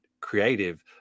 creative